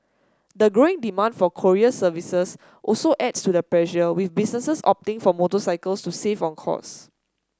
the growing demand for courier services also adds to the pressure with businesses opting for motorcycles to save on cost